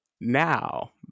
now